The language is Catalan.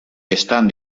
estan